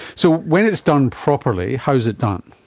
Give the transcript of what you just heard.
so when it's done properly, how is it done?